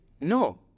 No